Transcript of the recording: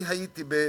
אני הייתי בסין,